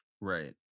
right